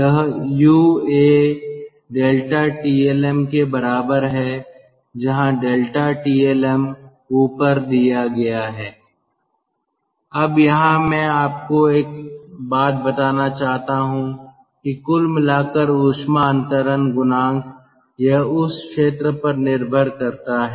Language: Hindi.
यह U A ∆TLM के बराबर है जहां ∆TLM ऊपर दिया गया है अब यहां मैं आपको एक बात बताना चाहता हूं कि कुल मिलाकर ऊष्मा अंतरण गुणांक यह उस क्षेत्र पर निर्भर करता है